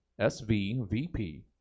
SVVP